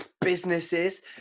businesses